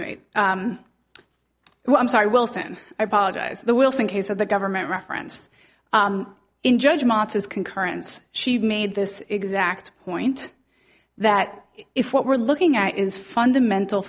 well i'm sorry wilson i apologize the wilson case of the government reference in judgments is concurrence she made this exact point that if what we're looking at is fundamental